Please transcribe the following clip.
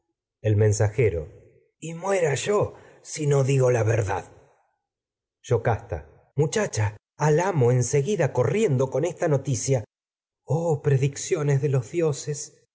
el mensajero y muera yo si no en digo la verdad yocasta muchacha al amo seguida corriendo con esta noticia oh predicciones de los dioses